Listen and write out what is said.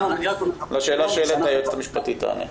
לשאלה שהעלית, היועצת המשפטית תענה.